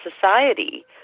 society